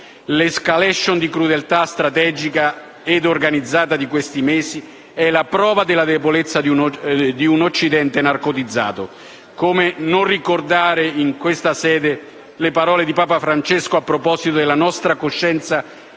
L'*escalation* di crudeltà, strategica ed organizzata, degli ultimi mesi è la prova della debolezza di un Occidente narcotizzato. Come non ricordare, in questa sede, le parole di Papa Francesco a proposito della «nostra coscienza